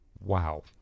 wow